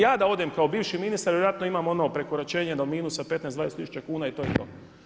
Ja da odem kao bivši ministar vjerojatno imam ono prekoračenje do minusa 15, 20 tisuća kuna i to je to.